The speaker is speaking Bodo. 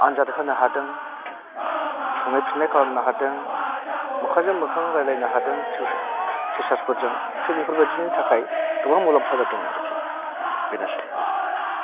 आनजाद होनो हादों सोंनाय फिन्नाय खालामनो हादों मोखांजों मोखां रायलायनो हादों टिचासफोरजों थिग बेफोरबायदिनि थाखाय गोबां मुलाम्फा जादों आरोखि बेनोसै